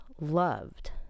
loved